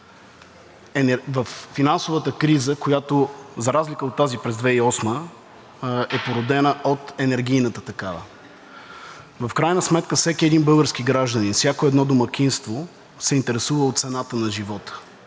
във финансовата криза, която за разлика от тази през 2008 г. е породена от енергийната такава. В крайна сметка всеки един български гражданин, всяко едно домакинство се интересува от цената на живота